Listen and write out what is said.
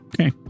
okay